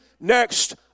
next